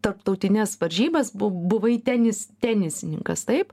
tarptautines varžyba bu buvai tenis tenisininkas taip